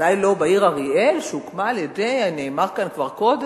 בוודאי לא בעיר אריאל נאמר כאן כבר קודם